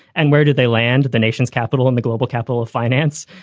and where did they land? the nation's capital in the global capital of finance.